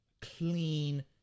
clean